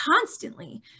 constantly